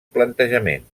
plantejaments